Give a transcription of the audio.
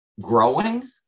growing